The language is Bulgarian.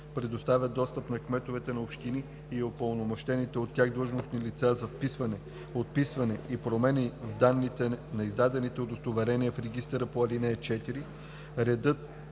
предоставя достъп на кметовете на общини и упълномощените от тях длъжностни лица за вписване, отписване и промени в данните на издадените удостоверения в регистъра по ал. 4. Редът